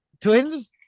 Twins